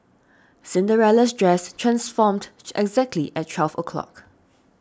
Cinderella's dress transformed exactly at twelve o' clock